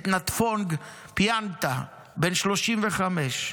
את נטפונג פינטה, בן 35,